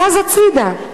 זז הצדה.